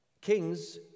Kings